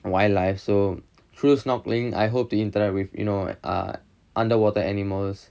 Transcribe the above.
wildlife so through snorkeling I hope to interact with you know err underwater animals